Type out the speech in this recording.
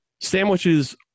sandwiches